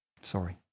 Sorry